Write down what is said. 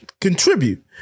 contribute